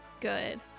good